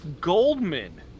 Goldman